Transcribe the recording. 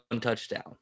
touchdown